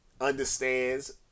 understands